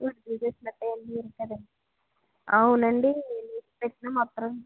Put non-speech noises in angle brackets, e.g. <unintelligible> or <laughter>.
<unintelligible> అవునండీ <unintelligible>